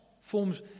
forms